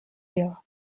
year